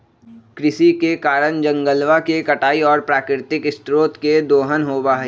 कृषि के कारण जंगलवा के कटाई और प्राकृतिक स्रोत के दोहन होबा हई